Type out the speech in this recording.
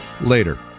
later